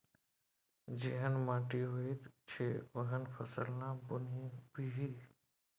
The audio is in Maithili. जेहन माटि होइत छै ओहने फसल ना बुनबिही